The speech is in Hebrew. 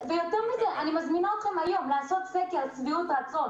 אני מזמינה אתכם היום לעשות סקר שביעות רצון